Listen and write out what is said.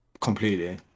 completely